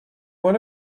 one